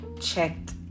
checked